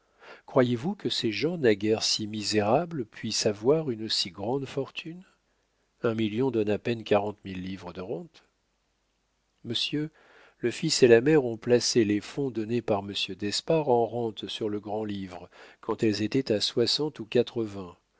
croyez-vous que ces gens naguère si misérables puissent avoir une si grande fortune un million donne à peine quarante mille livres de rente monsieur le fils et la mère ont placé les fonds donnés par monsieur d'espard en rentes sur le grand-livre quand elles étaient à soixante ou